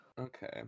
Okay